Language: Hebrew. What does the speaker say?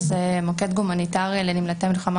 שזה מוקד הומניטרי לנמלטי מלחמה